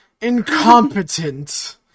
Incompetent